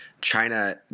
China